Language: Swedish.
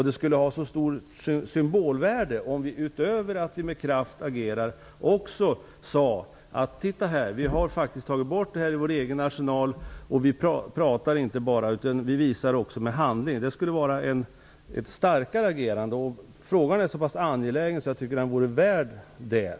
Det skulle ha ett stort symbolvärde om vi utöver att vi med kraft agerar också kunde säga att vi hade tagit bort de antipersonella minorna ur vår egen arsenal. Då kunde vi visa att vi inte bara pratade utan att vi också satte handling bakom orden. Det skulle vara ett starkare agerande. Frågan är såpass angelägen att den vore värd detta.